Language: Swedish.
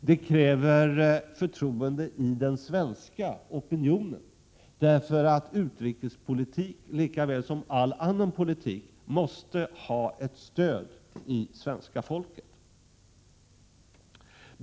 Det kräver förtroende i den svenska opinionen, därför att utrikespolitik, lika väl som all annan politik, måste ha ett stöd i det svenska folket.